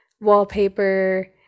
wallpaper